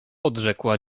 odrzekła